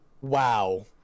Wow